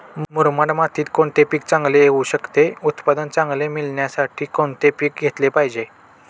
मुरमाड मातीत कोणते पीक चांगले येऊ शकते? उत्पादन चांगले मिळण्यासाठी कोणते पीक घेतले पाहिजे?